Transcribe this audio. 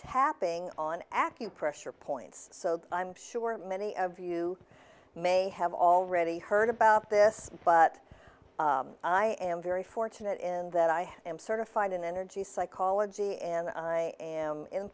tapping on acupressure points so i'm sure many of you may have already heard about this but i am very fortunate in that i am certified in energy psychology and am in